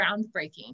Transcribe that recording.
groundbreaking